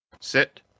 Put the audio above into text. Sit